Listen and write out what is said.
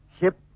ship